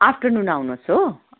afternoon आउनुहोस् हो